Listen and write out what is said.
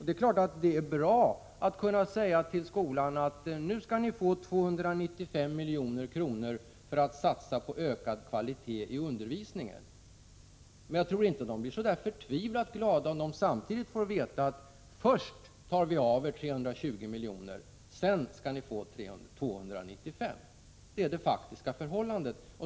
Det är klart att det är bra att kunna säga till skolorna: Nu skall ni få 295 milj.kr. för att satsa på ökad kvalitet i undervisningen. Men jag tror inte de blir så förtvivlat glada om de samtidigt får veta att man först tar av dem 320 milj.kr. Det är det faktiska förhållandet.